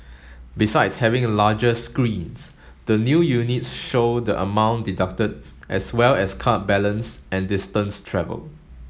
besides having a larger screens the new units show the amount deducted as well as card balance and distance travel